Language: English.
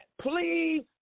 Please